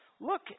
Look